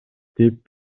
деп